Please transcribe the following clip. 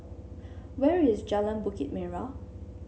where is Jalan Bukit Merah